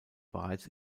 bereits